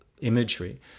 imagery